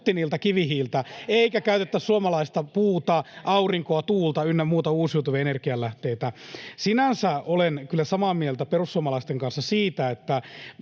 kivihiiltä eikä käytettäisi suomalaista puuta, aurinkoa, tuulta ynnä muita uusiutuvia energianlähteitä. Sinänsä olen kyllä samaa mieltä perussuomalaisten kanssa siinä, että